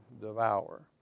devour